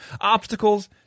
obstacles